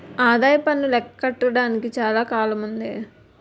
ఒసే ఆదాయప్పన్ను లెక్క కట్టడానికి చాలా కాలముందే